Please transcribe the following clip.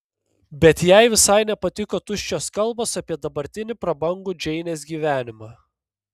bet jai visai nepatiko tuščios kalbos apie dabartinį prabangų džeinės gyvenimą